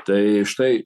tai štai